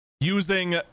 using